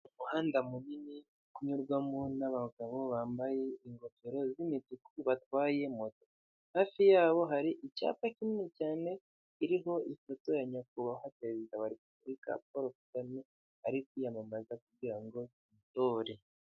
Umuhanda munini uri kunyurwamo n'abagabo bambaye ingofero z'imituku batwaye moto, hafi yabo hari icyapa kinini cyane kiriho ifoto ya Nyakubahwa Perezida wa Repubulika Paul Kagame ari kwiyamamaza kugira ngo bamutore.